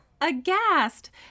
aghast